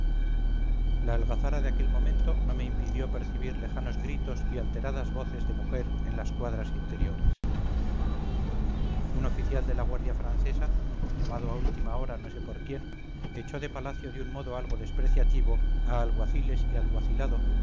la algazara de aquel momento no me impidió percibir lejanos gritos y alteradas voces de mujer en las cuadras interiores un oficial dela guardia francesa llamado a última hora no sé por quién echó de palacio de un modo algo despreciativo a alguaciles y